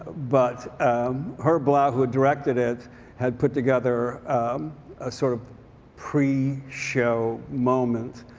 but herb blau who had directed it had put together a sort of pre show moment.